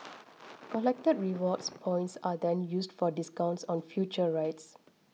collected rewards points are then used for discounts on future rides